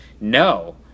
no